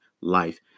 life